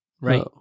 right